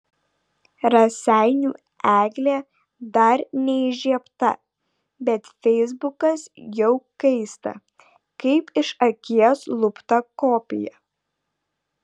raseinių eglė dar neįžiebta bet feisbukas jau kaista kaip iš akies lupta kopija